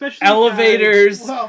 Elevators